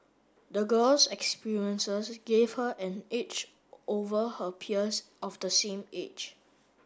the girl's experiences gave her an edge over her peers of the same age